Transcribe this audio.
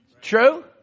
True